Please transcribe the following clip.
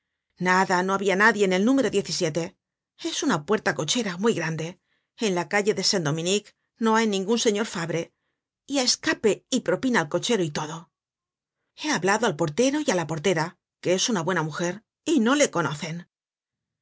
nada no habia nadie en el número es una puerta-cochera muy grande en la calle de saint dominique no hay ningun señor fabre y á escape y propina al cochero y todo he hablado al portero y á la portera que es una buena mujer y no le conocen